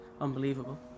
unbelievable